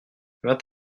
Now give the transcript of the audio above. vingt